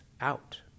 out